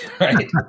Right